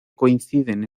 coinciden